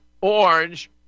orange